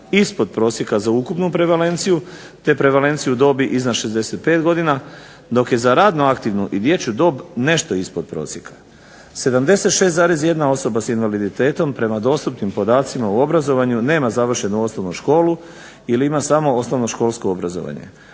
ispod prosjeka za ukupnu prevalenciju, te prevalenciju dobi iznad 65 godina, dok je za radno aktivnu i dječju dob nešto ispod prosjeka. 76,1 osoba s invaliditetom prema dostupnim podacima u obrazovanju nema završenu osnovnu školu ili ima samo osnovnoškolsko obrazovanje.